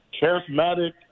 charismatic